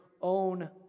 own